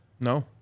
no